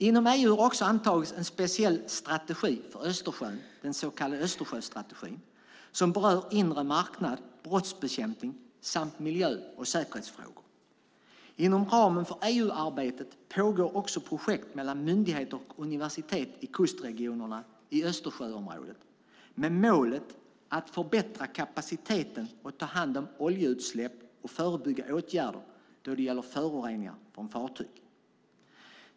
Inom EU har också antagits en speciell strategi för Östersjön, den så kallade Östersjöstrategin som berör inre marknad, brottsbekämpning samt miljö och säkerhetsfrågor. Inom ramen för EU-arbetet pågår också projekt mellan myndigheter och universitet i kustregionerna i Östersjöområdet med målet att förbättra kapaciteten att ta hand om oljeutsläpp och förebygga åtgärder då det gäller föroreningar från fartyg.